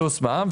פלוס מע"מ,